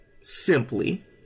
simply